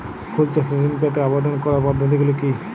ফুল চাষে ঋণ পেতে আবেদন করার পদ্ধতিগুলি কী?